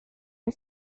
had